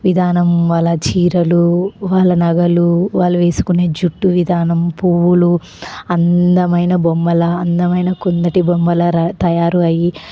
విధానం వాళ్ళ చీరలు వాళ్ళ నగలు వాళ్ళు వేసుకునే జుట్టు విధానం పూలు అందమైన బొమ్మలా అందమైన కుందటి బొమ్మలా తయారు అయ్యి